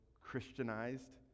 Christianized